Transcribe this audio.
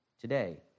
today